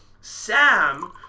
Sam